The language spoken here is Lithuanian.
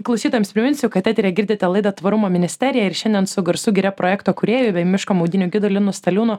klausytojams priminsiu kad eteryje girdite laidą tvarumo ministerija ir šiandien su garsų giria projekto kūrėju bei miško maudynių gidu linu staliūnu